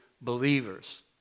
believers